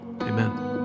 amen